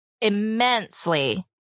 immensely